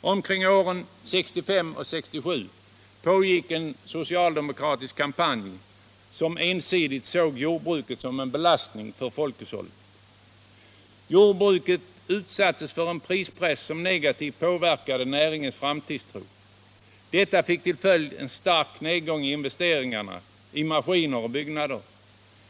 Omkring åren 1965-1967 pågick en socialdemokratisk kampanj som ensidigt såg jordbruket som en belastning för folkhushållet. Jordbruket utsattes för en prispress som negativt påverkade näringens framtidstro. Detta fick till följd en stark nedgång i investeringar i maskiner och byggnader.